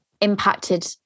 impacted